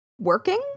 working